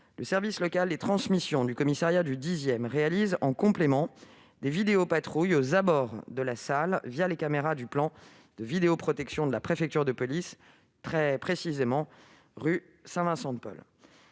le service local des transmissions du commissariat du Xarrondissement réalise des vidéopatrouilles aux abords de la SCMR les caméras du plan de vidéoprotection de la préfecture de police, très précisément rue Saint-Vincent-de-Paul.